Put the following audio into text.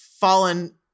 fallen